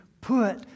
put